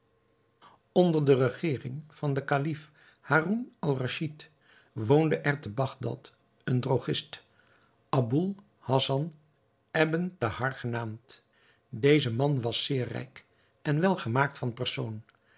onder de regering van den kalif haroun-al-raschid woonde er te bagdad een drogist aboul hassan ebn thahar genaamd deze man was zeer rijk en welgemaakt van persoon